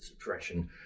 suppression